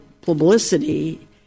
publicity